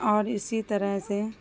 اور اسی طرح سے